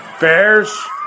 bears